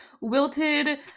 wilted